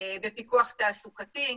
בפיקוח תעסוקתי,